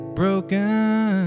broken